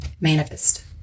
manifest